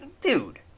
dude